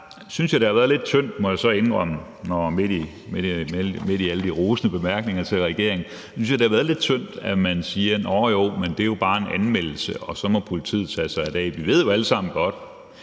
bemærkninger til regeringen, at man siger: Nå jo, men det er jo bare en anmeldelse, og så må politiet tage sig af det. Vi ved jo alle sammen godt,